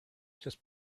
just